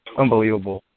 unbelievable